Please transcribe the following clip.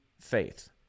faith